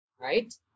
right